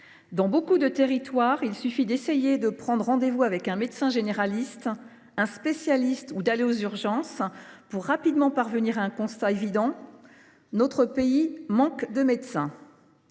dans nombre de territoires, il suffit d’essayer de prendre rendez vous avec un médecin, généraliste ou spécialiste, ou bien d’aller aux urgences pour rapidement parvenir à un constat évident : notre pays manque de médecins.